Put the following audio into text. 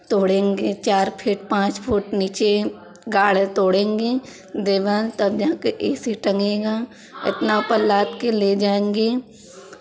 तोड़ेंगे चार फिट पाँच फुट नीचे गाड़ तोड़ेंगे दीवार तब जाके ए सी टंगेगा इतना ऊपर लाद के ले जाएंगे